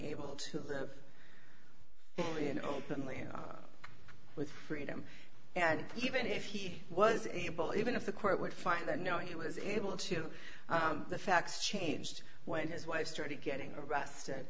unable to be an openly with freedom and even if he was able even if the court would find that no he was able to the facts changed when his wife started getting arrested